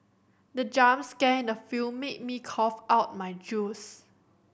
the jump scare in the film made me cough out my juice